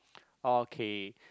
okay